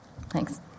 thanks